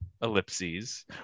ellipses